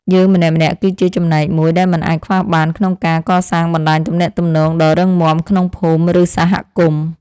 យើងម្នាក់ៗគឺជាចំណែកមួយដែលមិនអាចខ្វះបានក្នុងការកសាងបណ្ដាញទំនាក់ទំនងដ៏រឹងមាំក្នុងភូមិ ឬសហគមន៍។